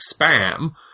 spam